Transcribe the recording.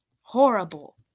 Horrible